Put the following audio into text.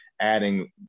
adding